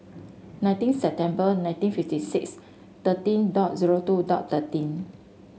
nineteen September nineteen fifty six thirteen dot zero two dot thirteen